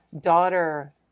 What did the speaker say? daughter